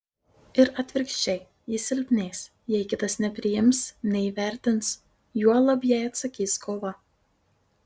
ir atvirkščiai ji silpnės jei kitas nepriims neįvertins juolab jei atsakys kova